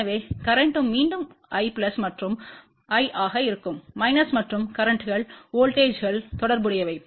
எனவே கரேன்ட்ம் மீண்டும் Iமற்றும் I ஆக இருக்கும் மற்றும் கரேன்ட்ங்கள் வோல்ட்டேஜ்ங்கள் தொடர்புடையவை